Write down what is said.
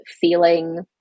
feeling